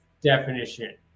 definition